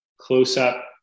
close-up